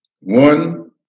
one